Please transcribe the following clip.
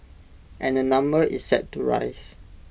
and the number is set to rise